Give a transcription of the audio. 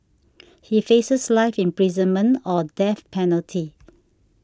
he faces life imprisonment or death penalty